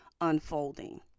unfolding